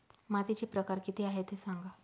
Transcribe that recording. मातीचे प्रकार किती आहे ते सांगा